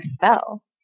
spell